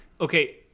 Okay